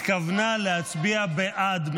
התשפ"ד 2024,